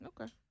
Okay